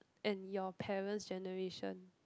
and your parents generation